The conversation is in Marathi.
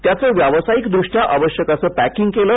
त्याचं व्यावसायिक दृष्ट्या आवश्यक असं पॅकिंग केलं